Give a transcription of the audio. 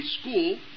school